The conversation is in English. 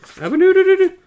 Avenue